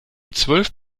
zwölf